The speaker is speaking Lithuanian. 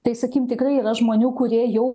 taisakym tikrai yra žmonių kurie jau